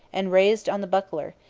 and raised on the buckler,